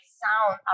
sound